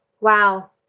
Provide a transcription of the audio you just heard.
Wow